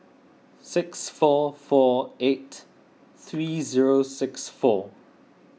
six four four eight three zero six four